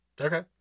Okay